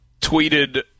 tweeted